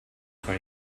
for